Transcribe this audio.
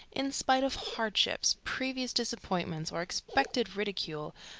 in spite of hardships, previous disappointments, or expected ridicule,